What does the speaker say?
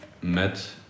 met